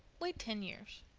wait ten years.